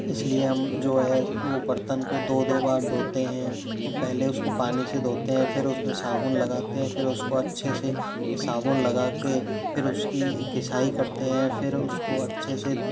इसलिए हम जो है वो बर्तन को दो दो बार धोते हैं तो पहले उसको पानी से धोते हैं फिर उसमें साबुन लगाते हैं फिर उसको अच्छे से साबुन लगा के फिर उसकी घिसाई करते हैं फिर उसको अच्छे से